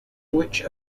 which